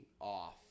off